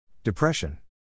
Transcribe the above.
Depression